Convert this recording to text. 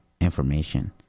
information